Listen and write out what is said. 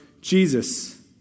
Jesus